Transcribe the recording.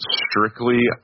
strictly